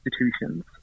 institutions